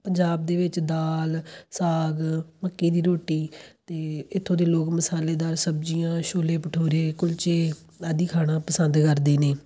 ਪੰਜਾਬ ਦੇ ਵਿੱਚ ਦਾਲ ਸਾਗ ਮੱਕੀ ਦੀ ਰੋਟੀ ਅਤੇ ਇੱਥੋਂ ਦੇ ਲੋਕ ਮਸਾਲੇਦਾਰ ਸਬਜ਼ੀਆਂ ਛੋਲੇ ਭਟੂਰੇ ਕੁਲਚੇ ਆਦਿ ਖਾਣਾ ਪਸੰਦ ਕਰਦੇ ਨੇ